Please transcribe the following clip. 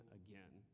again